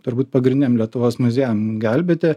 turbūt pagrindiniam lietuvos muziejam gelbėti